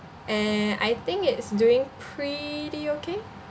and I think it's doing pretty okay